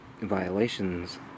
violations